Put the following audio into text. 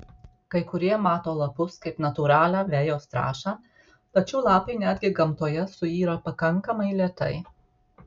kai kurie mato lapus kaip natūralią vejos trąšą tačiau lapai netgi gamtoje suyra pakankamai lėtai